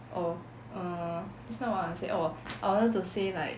oh err this not what I want to say oh I wanted to say like